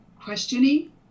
questioning